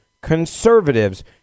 conservatives